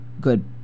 good